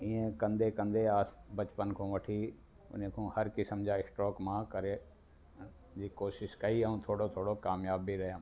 ईअं कंदे कंदे आसि बचपन खां वठी अने को हर किस्मु जा स्ट्रोक मां करे जी कोशिशि कई ऐं थोरो थोरो कामयाबु बि रहियुमि